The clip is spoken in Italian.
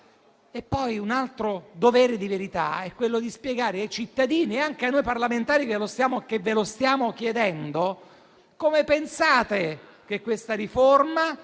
Un altro dovere di verità è poi quello di spiegare ai cittadini e anche a noi parlamentari che ve lo stiamo chiedendo, colleghi, come pensate che questa riforma